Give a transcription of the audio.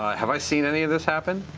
have i seen any of this happen?